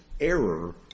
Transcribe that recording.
error